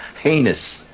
heinous